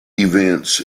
events